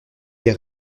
des